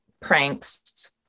pranks